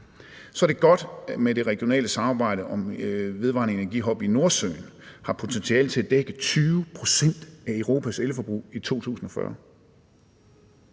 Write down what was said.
Det er godt, at det regionale samarbejde om vedvarende energihub i Nordsøen har potentiale til at dække 20 pct. af Europas elforbrug i 2040.